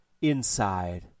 Inside